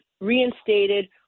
reinstated